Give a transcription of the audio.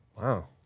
Wow